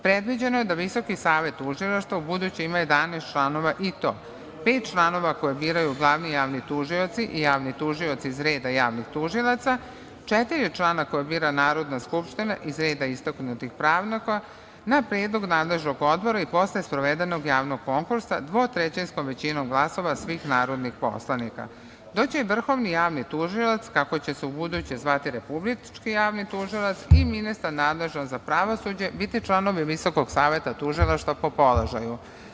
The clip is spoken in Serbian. Predviđeno je da Visoki savet tužilaštva ubuduće ima 11 članova, i to: pet članova koje biraju glavni javni tužioci i javni tužilac iz reda javnih tužilaca, četiri člana koje bira Narodna skupština iz reda istaknutih pravnika na predlog nadležnog Odbora i posle sprovedenog javnog konkursa dvotrećinskom većinom glasova svih narodnih poslanika, dok će vrhovni javni tužilac, kako će se ubuduće zvati republički javni tužilac, i ministar nadležan za pravosuđe biti članovi Visokog saveta tužilaštva po položaju.